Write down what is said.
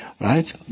right